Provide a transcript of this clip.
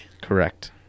correct